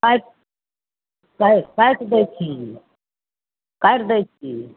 काटि चाहे काटि दै छी काटि दै छी